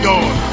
God